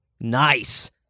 Nice